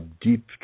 deep